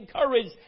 encouraged